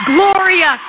Gloria